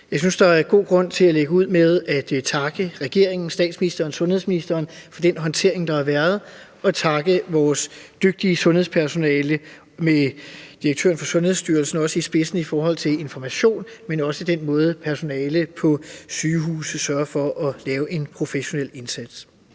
Jeg synes, der er god grund til at lægge ud med at takke regeringen – statsministeren, sundhedsministeren – for den håndtering, der har været, og takke vores dygtige sundhedspersonale med direktøren for Sundhedsstyrelsen i spidsen for at informere, men også for den måde, hvorpå personalet på sygehusene sørger for at lave en professionel indsats.